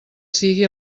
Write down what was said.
sigui